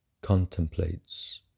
contemplates